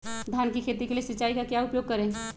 धान की खेती के लिए सिंचाई का क्या उपयोग करें?